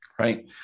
Right